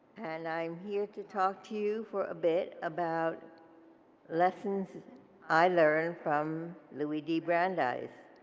and i'm here to talk to you for a bit about lesson i learned from louie d brandeis.